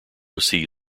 see